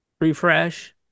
refresh